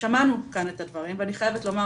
שמענו כאן את הדברים ואני חייבת לומר